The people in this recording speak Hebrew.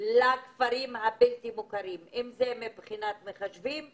לכפרים הבלתי מוכרים אם זה מבחינת מחשבים,